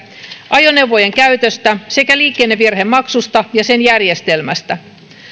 ajoneuvojen käytöstä sekä liikennevirhemaksusta ja sen järjestelmästä